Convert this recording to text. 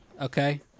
okay